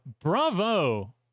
Bravo